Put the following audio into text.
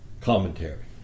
commentary